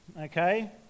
okay